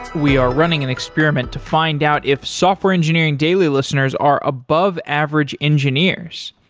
we are running an experiment to find out if software engineering daily listeners are above average engineers.